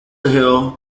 hill